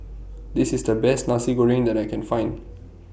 This IS The Best Nasi Goreng that I Can Find